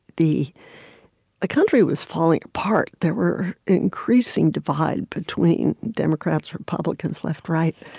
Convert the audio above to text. the ah country was falling apart. there were increasing divides between democrats, republicans, left, right,